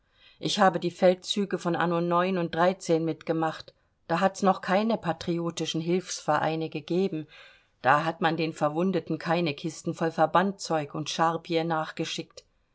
ich habe die feldzüge von anno mitgemacht da hat's noch keine patriotischen hilfsvereine gegeben da hat man den verwundeten keine kisten voll verbandzeug und charpie nachgeschickt